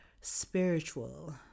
spiritual